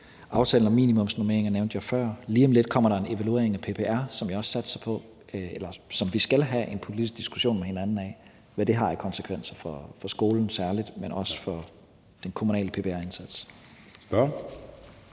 Aftalen om minimumsnormeringer nævnte jeg før. Lige om lidt kommer der en vurdering af PPR, som vi skal have en politisk diskussion med hinanden om, i forhold til hvad det har af konsekvenser for særlig skolen, men også for den kommunale PPR-indsats. Kl.